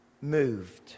moved